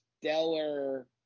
stellar